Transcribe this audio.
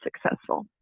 successful